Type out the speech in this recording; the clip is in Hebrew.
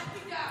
אל תדאג.